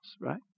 right